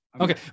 okay